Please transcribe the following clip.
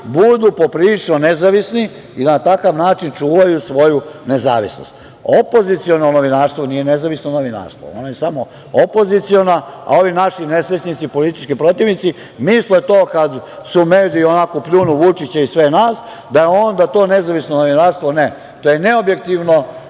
budu poprilično nezavisni i na takav način čuvaju svoju nezavisnost. Opoziciono novinarstvo nije nezavisno novinarstvo. Ono je samo opoziciono, a ovi naši nesrećnici politički protivnici misle to kad mediji onako pljunu Vučića i sve nas, da je onda to nezavisno novinarstvo. Ne. To je neobjektivno